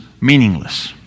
meaningless